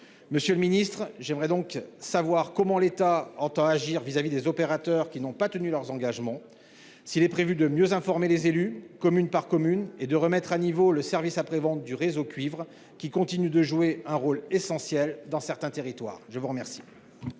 Monsieur le Ministre, j'aimerais donc savoir comment l'État entend agir vis-à-vis des opérateurs qui n'ont pas tenu leurs engagements. S'il est prévu de mieux informer les élus commune par commune, et de remettre à niveau le service après vente du réseau cuivre qui continue de jouer un rôle essentiel dans certains territoires. Je vous remercie.--